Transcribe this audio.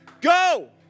Go